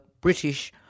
British